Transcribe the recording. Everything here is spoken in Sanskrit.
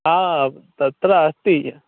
हा तत्र अस्ति